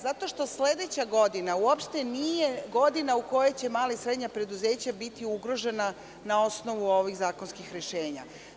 Zato što sledeća godina uopšte nije godina u kojoj će mala i srednja preduzeća biti ugrožena na osnovu ovih zakonskih rešenja.